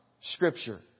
Scripture